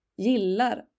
Gillar